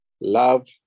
love